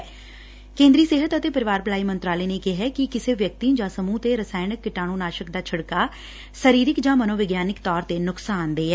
ਕੇਂਦਰੀ ਸਿਹਤ ਅਤੇ ਪਰਿਵਾਰ ਭਲਾਈ ਮੰਤਰਾਲੇ ਨੇ ਕਿਹੈ ਕਿ ਕਿਸੇ ਵਿਅਕਤੀ ਜਾਂ ਸਮੁਹ ਤੇ ਰਸਾਇਣਕ ਕੀਟਾਣੂ ਨਾਸ਼ਕ ਦਾ ਛਿੜਕਾਅ ਸਰੀਰਕ ਜਾਂ ਮਨੋਵਿਗਿਆਨਕ ਤੌਰ ਤੇ ਨੁਕਸਾਨ ਦੇਹ ਏ